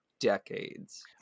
decades